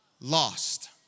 lost